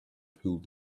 pulled